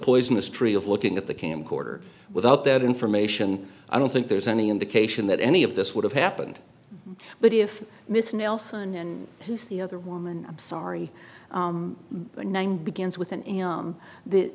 poisonous tree of looking at the camcorder without that information i don't think there's any indication that any of this would have happened but if mrs nelson and who's the other woman i'm sorry the name begins with an